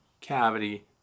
cavity